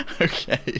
okay